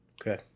Okay